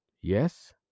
Yes